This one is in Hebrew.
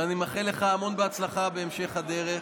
ואני מאחל לך המון הצלחה בהמשך הדרך.